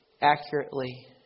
accurately